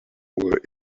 where